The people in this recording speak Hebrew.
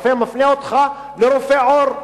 הרופא מפנה אותך לרופא עור,